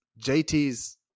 JT's